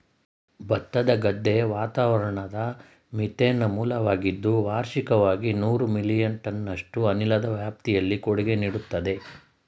ಭತ್ತದ ಗದ್ದೆ ವಾತಾವರಣದ ಮೀಥೇನ್ನ ಮೂಲವಾಗಿದ್ದು ವಾರ್ಷಿಕವಾಗಿ ನೂರು ಮಿಲಿಯನ್ ಟನ್ನಷ್ಟು ಅನಿಲದ ವ್ಯಾಪ್ತಿಲಿ ಕೊಡುಗೆ ನೀಡ್ತದೆ